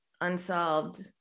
unsolved